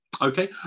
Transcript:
okay